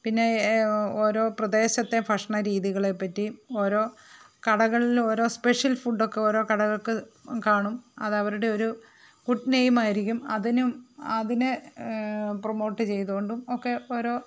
പിന്നെ ഒരോ പ്രദേശത്തെയും ഭക്ഷണ രീതികളെ പറ്റി ഓരോ കടകളിൽ ഓരോ സ്പെഷ്യൽ ഫുടൊക്കെ ഓരോ കടകൾക്ക് കാണും അതവരുടെ ഒരു ഗുഡ് നേമായിരിക്കും അതിനും അതിന് പ്രൊമോട്ട് ചെയ്തോണ്ടും ഒക്കെ ഓരോ